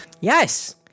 Yes